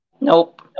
Nope